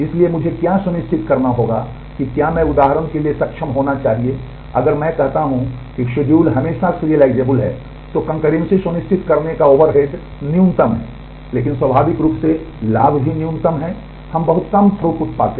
इसलिए मुझे क्या सुनिश्चित करना होगा कि क्या मैं उदाहरण के लिए सक्षम होना चाहिए अगर मैं कहता हूं कि शेड्यूल हमेशा सिरिअलाइज़ेबल हैं तो कंकर्रेंसी सुनिश्चित करने का ओवरहेड न्यूनतम है लेकिन स्वाभाविक रूप से लाभ भी न्यूनतम है हम बहुत कम थ्रूपुट पाते हैं